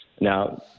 Now